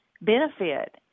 benefit